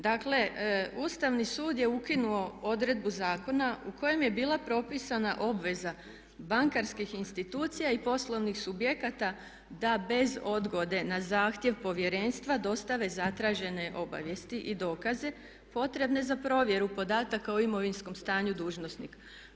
Dakle, Ustavni sud je ukinuo odredbu zakona u kojem je bila propisana obveza bankarskih institucija i poslovnih subjekata da bez odgode na zahtjev Povjerenstva dostave zatražene obavijesti i dokaze potrebne za provjeru podataka o imovinskom stanju dužnosnika.